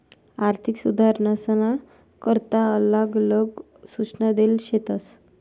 आर्थिक सुधारसना करता आलग आलग सूचना देल शेतस